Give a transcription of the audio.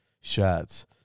shots